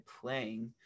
playing